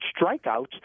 strikeouts